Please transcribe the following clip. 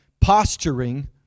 posturing